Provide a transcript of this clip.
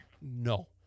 no